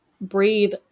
breathe